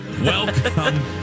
Welcome